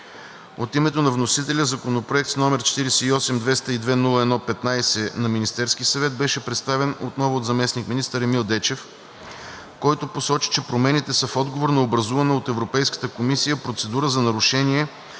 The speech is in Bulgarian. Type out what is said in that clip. От името на вносителя Законопроект с № 48-202-01-15, внесен от Министерския съвет, беше представен отново от заместник-министър Емил Дечев, който посочи, че промените са в отговор на образувана от Европейската комисия процедура за нарушение